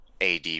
AD